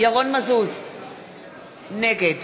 נגד